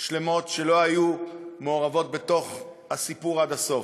שלמות שלא היו מעורבות בתוך הסיפור עד הסוף,